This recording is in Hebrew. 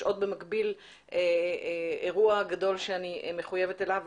עוד במקביל אירוע גדול שאני מחויבת אליו,